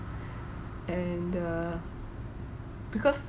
and uh because